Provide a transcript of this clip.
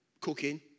cooking